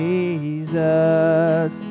Jesus